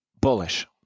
Bullish